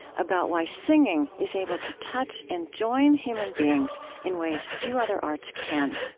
about why singing is able to touch and join human beings in ways few other arts can